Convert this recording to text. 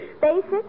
Basic